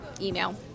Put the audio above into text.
email